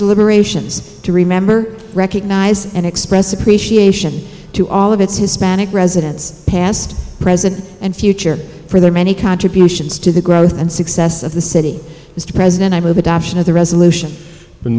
deliberations to remember recognize and express appreciation to all of its hispanic residents past present and future for their many contributions to the growth and success of the city mr president i will be adoption of the resolution